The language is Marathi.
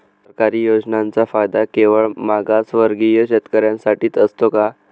सरकारी योजनांचा फायदा केवळ मागासवर्गीय शेतकऱ्यांसाठीच असतो का?